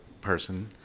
person